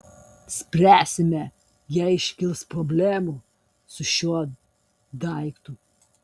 spręsime jei iškils problemų su šiuo daiktu